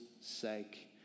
sake